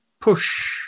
push